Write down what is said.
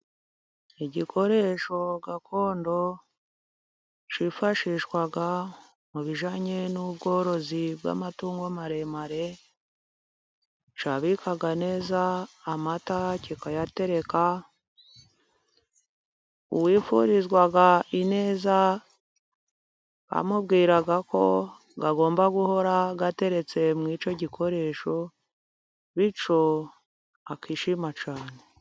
Igikoresho gakondo kifashishwaga mu bijanye n'ubworozi bw'amatungo maremare. Cyabikaga neza amata kikayatereka. Uwifurizwaga ineza bamubwiraga ko agomba guhora ateretse muri icyo gikoresho ,bityo akishima cyane.